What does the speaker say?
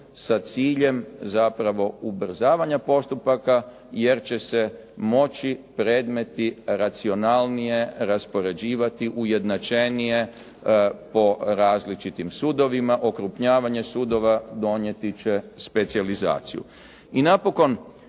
sa ciljem zapravo ubrzavanja postupaka jer će se moći predmeti racionalnije raspoređivati, ujednačenije po različitim sudovima okrupnjavanje sudova donijet će specijalizaciju. I napokon,